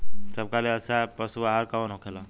सबका ले अच्छा पशु आहार कवन होखेला?